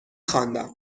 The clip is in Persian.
خواندم